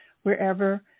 wherever